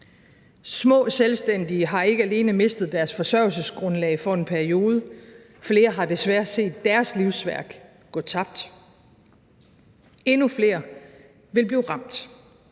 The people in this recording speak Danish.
Små selvstændige har ikke alene mistet deres forsørgelsesgrundlag for en periode; flere har desværre set deres livsværk gå tabt. Endnu flere vil blive ramt.